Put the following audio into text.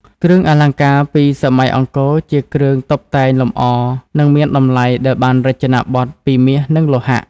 គ្រឿងអលង្ការពីសម័យអង្គរជាគ្រឿងតុបតែងលម្អនិងមានតម្លៃដែលបានរចនាបថពីមាសនិងលោហៈ។